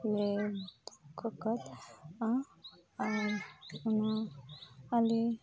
ᱞᱮ ᱵᱩᱠᱟᱠᱟᱫᱼᱟ ᱟᱨ ᱚᱱᱟ ᱟᱞᱮ